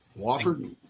Wofford